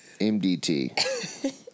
MDT